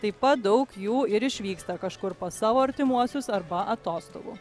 taip pat daug jų ir išvyksta kažkur pas savo artimuosius arba atostogų